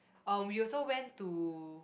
uh we also went to